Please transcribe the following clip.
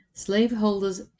slaveholders